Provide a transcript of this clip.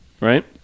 right